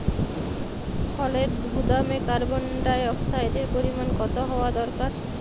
ফলের গুদামে কার্বন ডাই অক্সাইডের পরিমাণ কত হওয়া দরকার?